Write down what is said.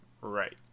right